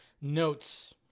notes